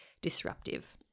disruptive